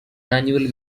annual